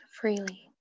Freely